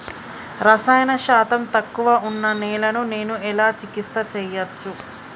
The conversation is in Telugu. రసాయన శాతం తక్కువ ఉన్న నేలను నేను ఎలా చికిత్స చేయచ్చు?